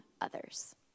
others